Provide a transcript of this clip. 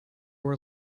were